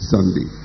Sunday